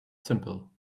simple